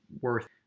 worth